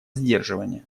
сдерживания